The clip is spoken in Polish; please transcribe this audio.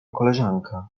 koleżanka